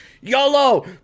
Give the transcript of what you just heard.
YOLO